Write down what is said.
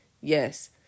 Yes